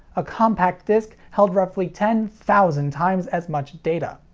a compact disc held roughly ten thousands times as much data.